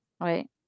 right